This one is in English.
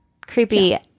creepy